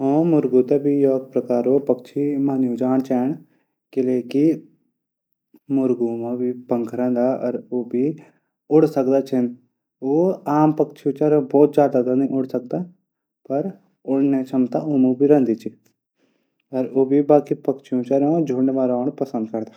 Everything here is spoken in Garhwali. मुर्गौं थै भी एक प्रकारो पक्षी मने जाणू चैन। किले की मुरगौ मा भी पंख रैंदा। ऊ भी उड सकदा छन। ऊ आम पक्षियों तरह बहुत ज्यादा तक नी उड सकदा छन। पर उडनों क्षमता ऊंमा भी रैदीच। ऊ भी बाकी पक्षियों तरह झुण मा रैंण पंसद करदन।